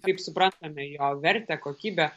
kaip suprantame apie jo vertę kokybę